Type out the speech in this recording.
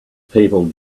people